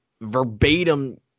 verbatim –